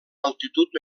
altitud